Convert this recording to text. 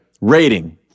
Rating